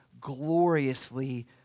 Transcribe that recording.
gloriously